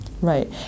Right